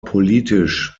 politisch